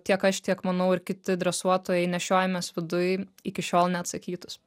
tiek aš tiek manau ir kiti dresuotojai nešiojamės viduj iki šiol neatsakytus